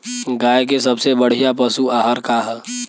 गाय के सबसे बढ़िया पशु आहार का ह?